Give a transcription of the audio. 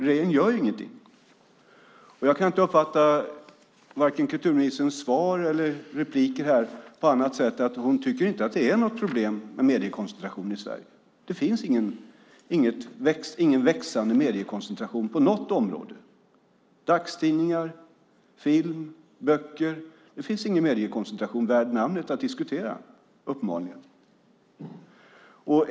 Regeringen gör ingenting. Jag kan inte uppfatta kulturministerns inlägg här på annat sätt än som att hon inte tycker att det är något problem med mediekoncentration i Sverige - det finns ingen växande mediekoncentration på något område: När det gäller dagstidningar, film eller böcker finns det uppenbarligen ingen mediekoncentration värd namnet att diskutera.